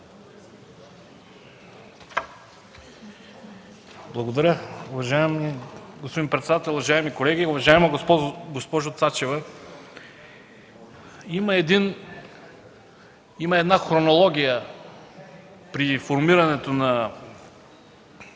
Благодаря. Уважаеми господин председател, уважаеми колеги! Уважаема госпожо Цачева, има една хронология при формирането на